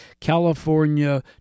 California